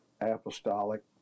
apostolic